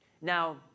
Now